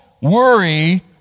worry